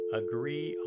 agree